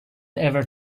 ever